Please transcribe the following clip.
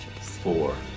four